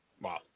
Wow